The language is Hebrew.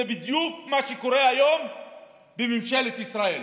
זה בדיוק מה שקורה היום בממשלת ישראל.